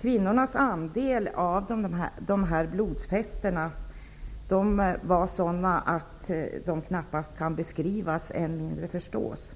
Kvinnornas andel av blodsfesterna var sådan att den knappast kan beskrivas, än mindre förstås.